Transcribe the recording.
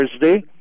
thursday